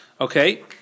okay